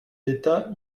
d’état